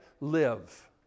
live